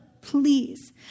please